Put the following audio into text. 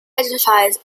identifies